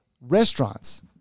restaurants